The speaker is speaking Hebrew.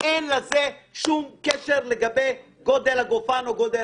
אין לזה שום קשר לגודל הגופן.